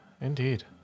indeed